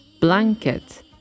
blanket